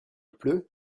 pleut